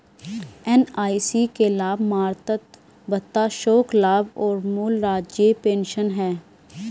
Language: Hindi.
एन.आई.सी के लाभ मातृत्व भत्ता, शोक लाभ और मूल राज्य पेंशन हैं